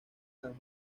san